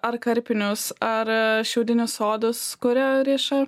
ar karpinius ar a šiaudinius sodus kuria riša